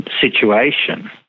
situation